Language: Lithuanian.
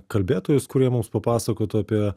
kalbėtojus kurie mums papasakotų apie